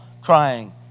crying